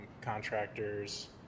contractors